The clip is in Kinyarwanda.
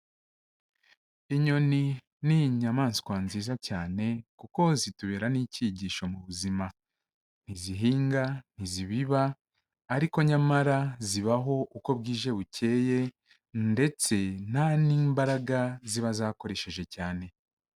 Inyoni ni inyamaswa nziza cyane kuko zitubera n'icyigisho mu buzima ntizihinga, ntizibiba ariko nyamara zibaho uko bwije bukeye ndetse nta n'imbaraga ziba zakoresheje cyane.